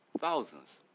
Thousands